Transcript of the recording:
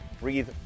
breathe